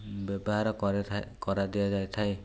ବ୍ୟବହାର କରାଯାଏ କରା ଦିଆଯାଇଥାଏ